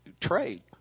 trade